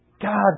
God